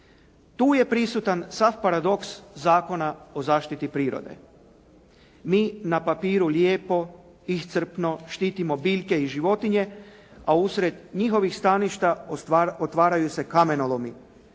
Tu je prisutan sav paradoks Zakona o zaštiti prirode. Mi na papiru lijepo iscrpno štitimo biljke i životinje a usred njihovih staništa otvaraju se kamenolomi